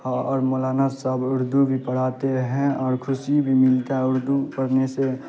اور مولانا صاحب اردو بھی پڑھاتے ہیں اور خوشی بھی ملتا ہے اردو پڑھنے سے